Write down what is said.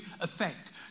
effect